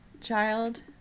child